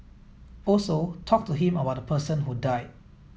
also talk to him about the person who died